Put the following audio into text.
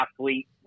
athlete